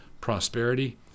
prosperity